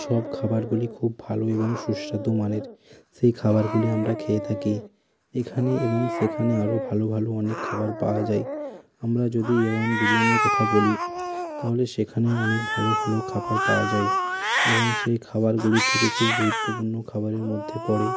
সব খাবারগুলি খুব ভালো এবং সুস্বাদু মানের সেই খাবারগুলি আমরা খেয়ে থাকি এইখানে এবং সেখানে আরো ভালো ভালো অনেক খাবার পাওয়া যায় আমরা যদি এ ওয়ান বিরিয়ানির কথা বলি তাহলে সেখানেও অনেক ভালো ভালো খাবার পাওয়া যায় এবং সেই খাবারগুলির থেকে খুব গুরুত্বপূর্ণ খাবারের মধ্যে পড়ে